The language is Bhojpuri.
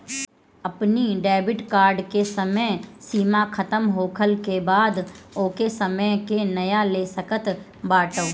अपनी डेबिट कार्ड के समय सीमा खतम होखला के बाद ओके बदल के नया ले सकत बाटअ